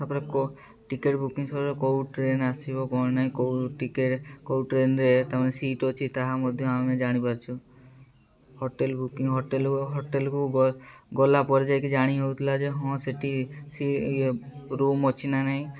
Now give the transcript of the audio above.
ତାପରେ ticket booking ସହିତ କେଉଁ ଟ୍ରେନ୍ ଆସିବ କ'ଣ ନାହିଁ କେଉଁ ଟିକିଏ କେଉଁ ଟ୍ରେନ୍ରେ ତାମାନେ ସିଟ୍ ଅଛି ତାହା ମଧ୍ୟ ଆମେ ଜାଣିପାରୁଛୁ ହୋଟେଲ୍ ବୁକିଂ ହୋଟେଲ୍ ହୋଟେଲ୍କୁ ଗଲାପରେ ଯାଇକି ଜାଣି ହଉଥିଲା ଯେ ହଁ ସେଠି ରୁମ୍ ଅଛି ନା ନାହିଁ